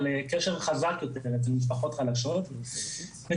על כשל חזק יותר אצל משפחות חלשות וכן,